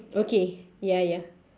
okay ya ya